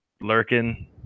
lurking